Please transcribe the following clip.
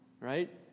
right